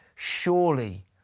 Surely